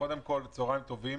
קודם כול, צוהריים טובים.